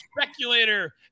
Speculator